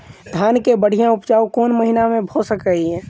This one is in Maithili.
धान केँ बढ़िया उपजाउ कोण महीना मे भऽ सकैय?